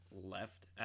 left